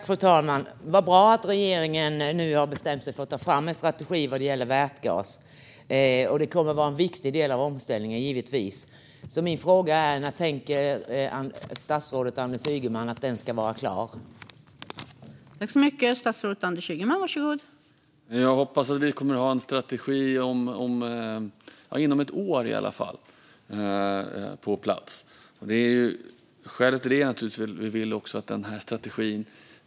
Fru talman! Vad bra att regeringen nu har bestämt sig för att ta fram en strategi vad gäller vätgas! Detta kommer givetvis att vara en viktig del av omställningen. Min fråga är: När tänker sig statsrådet Anders Ygeman att denna strategi ska vara klar?